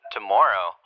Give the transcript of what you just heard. Tomorrow